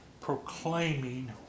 proclaiming